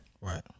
Right